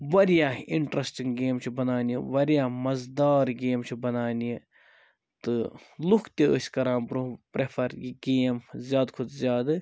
واریاہ interesting game چھِ بَنان یہِ واریاہ مَزٕدار گیم چھِ بنان یہِ تہٕ لوٗکھ تہٕ ٲسۍ کَران برٛونٛہہ پرٛیٚفر یہِ گیم زیاد کھۄتہ زیادٕ